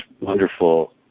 wonderful